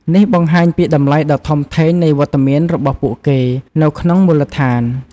នេះបង្ហាញពីតម្លៃដ៏ធំធេងនៃវត្តមានរបស់ពួកគេនៅក្នុងមូលដ្ឋាន។